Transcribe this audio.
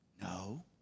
No